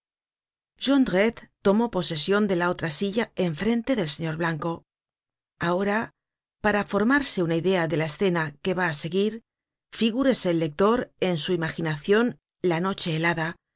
tomó posesion de la otra silla en frente del señor blanco ahora para formarse una idea de la escena que va á seguir figúrese el lector en su imaginacion la noche helada las